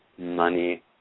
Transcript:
money